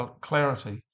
clarity